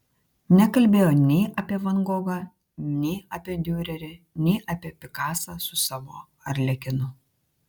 nekalbėjo nei apie van gogą nei apie diurerį nei apie pikasą su savo arlekinu